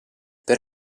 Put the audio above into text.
per